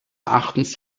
erachtens